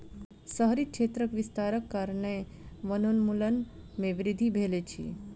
शहरी क्षेत्रक विस्तारक कारणेँ वनोन्मूलन में वृद्धि भेल अछि